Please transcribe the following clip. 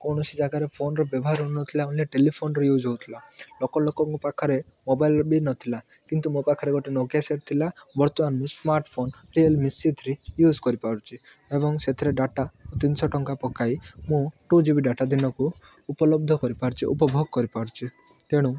କୌଣସି ଜାଗାରେ ଫୋନ୍ର ବ୍ୟବହାର ହେଉନଥିଲା ଓନ୍ଲି ଟେଲିଫୋନ୍ର ୟୁଜ୍ ହେଉଥିଲା ଲୋକ ଲୋକଙ୍କ ପାଖରେ ମୋବାଇଲ୍ ବି ନଥିଲା କିନ୍ତୁ ମୋ ପାଖରେ ଗୋଟେ ନୋକିଆ ସେଟ୍ ଥିଲା ବର୍ତ୍ତମାନ ମୁଁ smartphone Realme C three use କରିପାରୁଛି ଏବଂ ସେଥିରେ ଡାଟା ତିନିଶହ ଟଙ୍କା ପକାଇ ମୁଁ ଟୁ ଜି ବି ଡାଟା ଦିନକୁ ଉପଲବ୍ଧ କରିପାରୁଛି ଉପଭୋଗ କରିପାରୁଛି ତେଣୁ